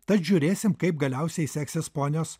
tad žiūrėsim kaip galiausiai seksis ponios